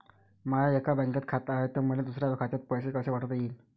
माय एका बँकेत खात हाय, त मले दुसऱ्या खात्यात पैसे कसे पाठवता येईन?